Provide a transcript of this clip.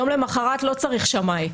יום למוחרת לא צריך שמאי,